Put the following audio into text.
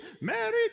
Merry